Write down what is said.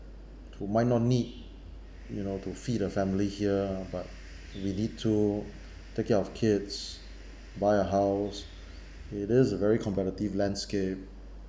who might not need you know to feed a family here but we did need to take care of kids buy a house it is a very competitive landscape